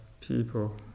people